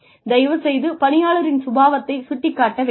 தயவுசெய்து பணியாளரின் சுபாவத்தை சுட்டிக் காட்ட வேண்டாம்